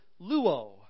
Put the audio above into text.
luo